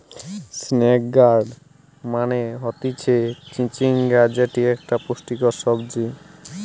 snake gourd মানে হতিছে চিচিঙ্গা যেটি একটো পুষ্টিকর সবজি